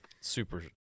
super